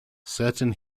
certain